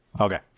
Okay